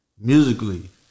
musically